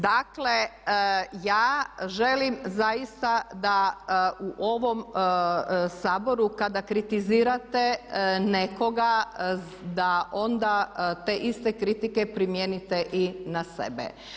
Dakle, ja želim zaista da u ovom Saboru kada kritizirate nekoga da onda te iste kritike primijenite i na sebe.